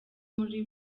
muri